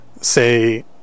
say